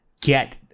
get